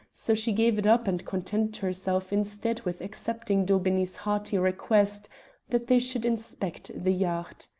so she gave it up and contented herself instead with accepting daubeney's hearty request that they should inspect the yacht.